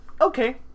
okay